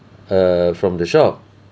err from the shop